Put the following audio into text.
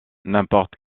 n’importe